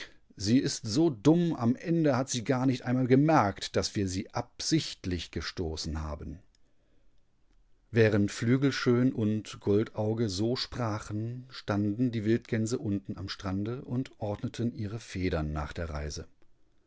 sie ist so dumm am ende hat sie gar nicht einmal gemerkt daß wir sie absichtlich gestoßen haben während flügelschön und goldauge so sprachen standendiewildgänseuntenamstrandeundordnetenihrefedern nach der reise